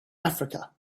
africa